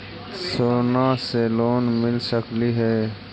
सोना से लोन मिल सकली हे?